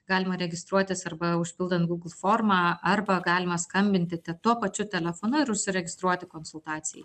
galima registruotis arba užpildant google formą arba galima skambinti te tuo pačiu telefonu ir užsiregistruoti konsultacijai